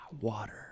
Water